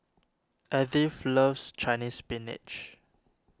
Edythe loves Chinese Spinach